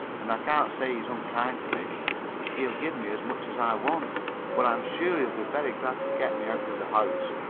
and i can't say he's unkind to me he'll give me as much as i want but i'm sure he'll be very glad to get me out of the house.